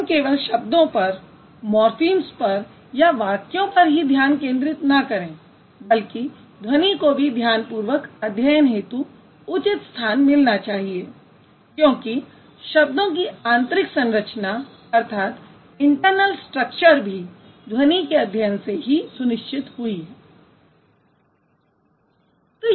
हम केवल शब्दों पर मॉरफीम्स पर या वाक्यों पर ही ध्यान केन्द्रित न करें बल्कि ध्वनि को भी ध्यान पूर्वक अध्ययन हेतु उचित स्थान मिलना चाहिए क्योंकि शब्दों की आंतरिक संरचना भी ध्वनि के अध्ययन से ही सुनिश्चित हुई है